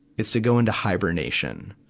is to go into hibernation.